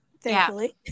thankfully